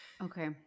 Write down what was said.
Okay